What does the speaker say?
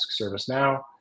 ServiceNow